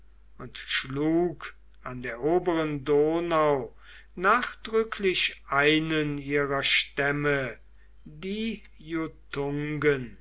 und schlug an der oberen donau nachdrücklich einen ihrer stämme die